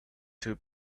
too